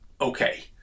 okay